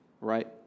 Right